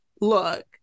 look